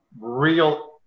real